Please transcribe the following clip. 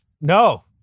No